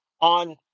on